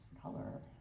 color